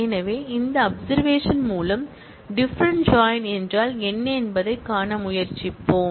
எனவே இந்த ஆப்செர்வஷன் மூலம் டிஃபரென்ட் ஜாயின் என்றால் என்ன என்பதைக் காண முயற்சிப்போம்